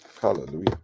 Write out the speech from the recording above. Hallelujah